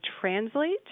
translate